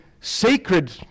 sacred